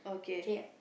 okay